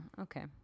okay